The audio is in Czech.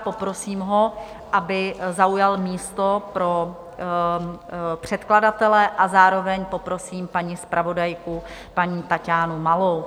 Poprosím ho, aby zaujal místo pro předkladatele, a zároveň poprosím paní zpravodajku, paní Taťánu Malou.